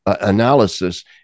analysis